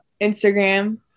Instagram